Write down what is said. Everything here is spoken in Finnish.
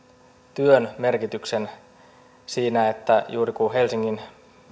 työn merkityksen siinä että kun juuri helsingin